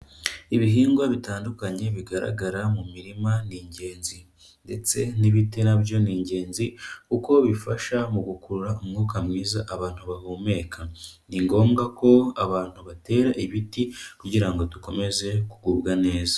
Ibihingwa bitandukanye bigaragara mu mirima ni ingenzi, ndetse n'ibiti na byo ni ingenzi kuko bifasha mu gukurura umwuka mwiza abantu bahumeka. Ni ngombwa ko abantu batera ibiti kugira ngo dukomeze kugubwa neza.